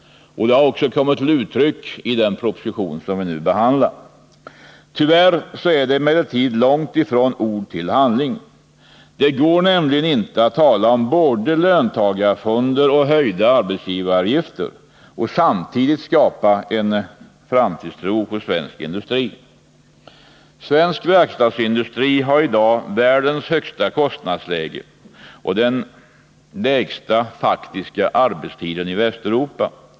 Det har också kommit till uttryck i den proposition vi nu behandlar. Tyvärr är det emellertid långt från ord till handling. Det går nämligen inte att både tala om löntagarfonder och höjda arbetsgivaravgifter och skapa framtidstro inom svensk industri. Svensk verkstadsindustri har i dag världens högsta kostnadsläge och den lägsta faktiska arbetstiden i Västeuropa.